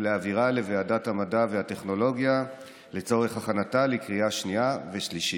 ולהעבירה לוועדת המדע והטכנולוגיה לצורך הכנתה לקריאה שנייה ושלישית.